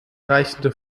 reichende